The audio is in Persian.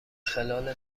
خلال